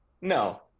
no